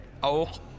auch